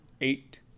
eight